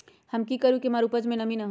हम की करू की हमार उपज में नमी होए?